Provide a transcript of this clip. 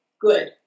good